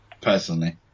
personally